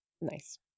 Nice